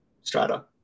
strata